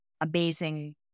amazing